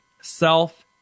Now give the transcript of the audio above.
Self